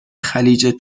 خلیج